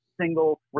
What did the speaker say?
single